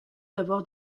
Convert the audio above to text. d’avoir